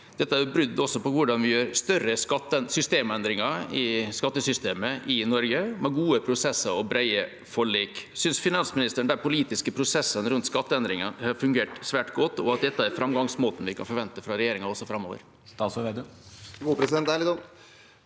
Det er også et brudd på hvordan vi gjør større systemendringer i skattesystemet i Norge, med gode prosesser og brede forlik. Synes finansministeren de politiske prosessene rundt skatteendringer har fungert svært godt, og at dette er framgangsmåten vi kan forvente fra regjeringa også framover?